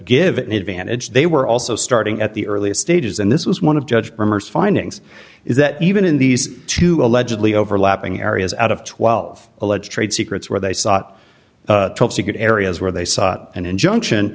it an advantage they were also starting at the earliest stages and this was one of judge rumors findings is that even in these two allegedly overlapping areas out of twelve alleged trade secrets where they sought top secret areas where they saw an injunction